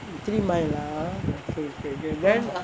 three mile ah okay okay then